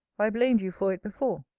i blamed you for it before.